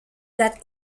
that